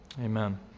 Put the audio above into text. Amen